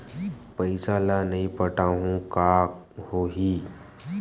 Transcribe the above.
पईसा ल नई पटाहूँ का होही?